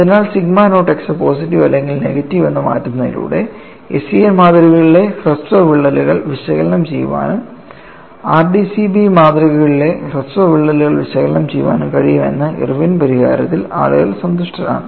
അതിനാൽ sigma naught x positive അല്ലെങ്കിൽ negative എന്ന് മാറ്റുന്നതിലൂടെ SEN മാതൃകകളിലെ ഹ്രസ്വ വിള്ളലുകൾ വിശകലനം ചെയ്യാനും RDCB മാതൃകകളിലെ ഹ്രസ്വ വിള്ളലുകൾ വിശകലനം ചെയ്യാനും കഴിയും എന്ന ഇർവിന്റെ പരിഹാരത്തിൽ ആളുകൾ സന്തുഷ്ടരാണ്